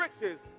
riches